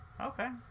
Okay